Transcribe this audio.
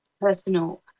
personal